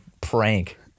prank